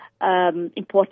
important